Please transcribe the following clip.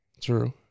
True